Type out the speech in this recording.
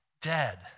dead